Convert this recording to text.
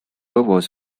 was